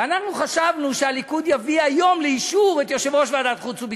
ואנחנו חשבנו שהליכוד יביא היום לאישור את יושב-ראש ועדת החוץ וביטחון.